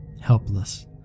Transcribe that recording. helpless